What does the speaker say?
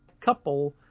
couple